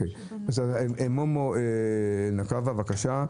מומו אלנקווה בבקשה,